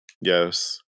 Yes